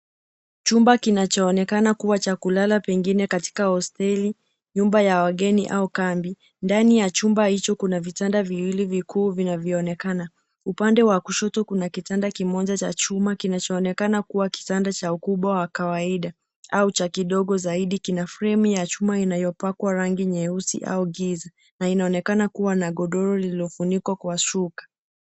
Chumba kinachoonekana kuwa cha kulala pengine katika hosteli, nyumba ya wageni au kambi. Ndani ya chumba hicho kuna vitanda viwili vikuu vinavyoonekana. Upande wa kushoto kuna kitanda kimoja cha chuma kinachoonekana kuwa kitanda cha ukubwa wa kawaida au cha kidogo zaidi kina fremu ya chuma inayopakwa rangi nyeusi au giza, na inaonekana kuwa na godoro lililofunikwa kwa shuka.